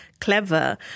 clever